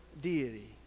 deity